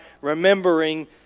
remembering